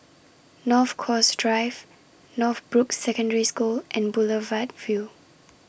North Coast Drive Northbrooks Secondary School and Boulevard Vue